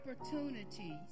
opportunities